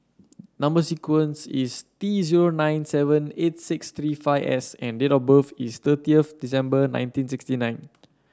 number sequence is T zero nine seven eight six three five S and date of birth is thirtieth December nineteen sixty nine